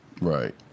right